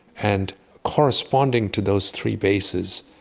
and corresponding to those three bases,